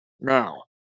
Now